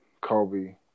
Kobe